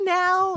now